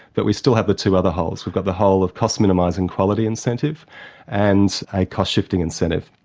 but we still have the two other holes. we've got the hole of cost-minimising quality incentive and a cost-shifting incentive.